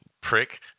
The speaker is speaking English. Prick